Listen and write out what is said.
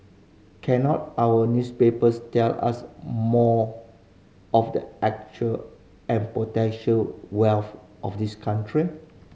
cannot our newspapers tell us more of the actual and potential wealth of this country